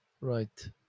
Right